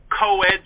co-ed